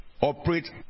operate